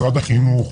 משרד החינוך,